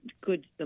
good